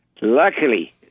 Luckily